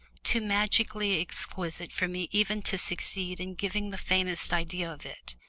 too magically exquisite for me even to succeed in giving the faintest idea of it.